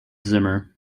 zimmer